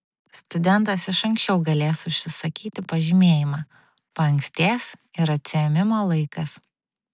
studentas iš ankščiau galės užsisakyti pažymėjimą paankstės ir atsiėmimo laikas